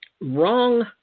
wrong